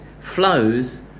flows